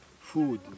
food